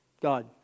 God